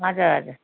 हजुर हजुर